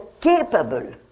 capable